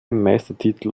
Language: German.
meistertitel